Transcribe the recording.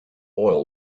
oil